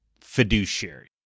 fiduciary